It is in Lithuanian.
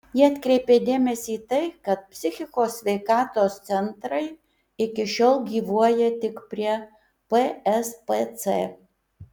ji atkreipė dėmesį į tai kad psichikos sveikatos centrai iki šiol gyvuoja tik prie pspc